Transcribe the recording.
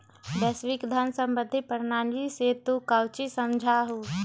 वैश्विक धन सम्बंधी प्रणाली से तू काउची समझा हुँ?